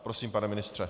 Prosím, pane ministře.